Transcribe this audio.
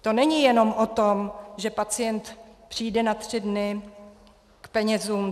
To není jenom o tom, že pacient přijde na tři dny k penězům.